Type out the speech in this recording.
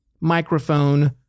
microphone